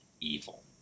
evil